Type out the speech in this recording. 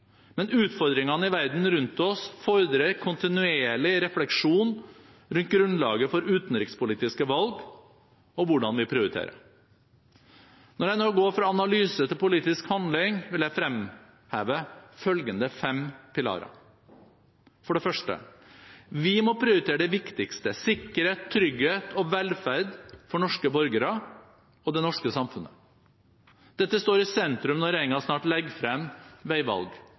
men utfordringene i verden rundt oss fordrer kontinuerlig refleksjon rundt grunnlaget for utenrikspolitiske valg og hvordan vi prioriterer. Når jeg nå går fra analyse til politisk handling, vil jeg fremheve følgende fem pilarer: For det første: Vi må prioritere det viktigste: sikkerhet, trygghet og velferd for norske borgere og det norske samfunnet. Dette står i sentrum når regjeringen snart legger frem